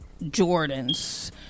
Jordans